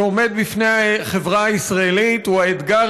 שעומד בפני החברה הישראלית הוא האתגר